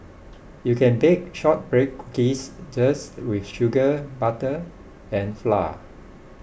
you can bake Shortbread Cookies just with sugar butter and flour